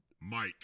Mike